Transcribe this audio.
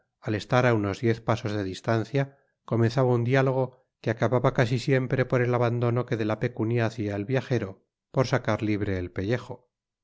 estar á unos diez pasos de distancia comenzaba un diálogo que acababa casi siempre por el abandono que de la pecunia hacia el viajero por sacar libre el pellejo